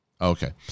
Okay